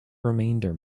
remainder